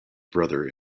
brother